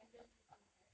and learn new things right